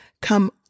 come